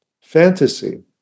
fantasy